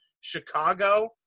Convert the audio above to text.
Chicago